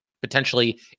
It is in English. potentially